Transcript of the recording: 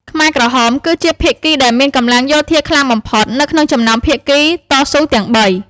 ខ្មែរក្រហមគឺជាភាគីដែលមានកម្លាំងយោធាខ្លាំងបំផុតនៅក្នុងចំណោមភាគីតស៊ូទាំងបី។